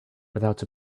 without